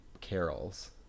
Carols